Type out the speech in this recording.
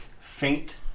faint